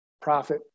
profit